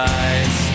eyes